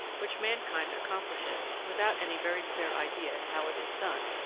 which mankind accomplishes without any very clear idea how it is done,